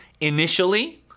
initially